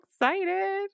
excited